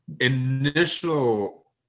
initial